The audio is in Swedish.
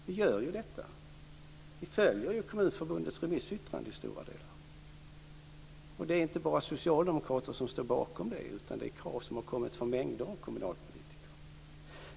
Vi gör ju detta. Vi följer Kommunförbundets remissyttrande till stora delar. Det är inte bara socialdemokrater som står bakom det, utan det är krav som har kommit från mängder av kommunalpolitiker.